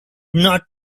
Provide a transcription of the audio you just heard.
not